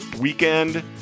weekend